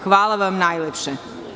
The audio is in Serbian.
Hvala vam najlepše.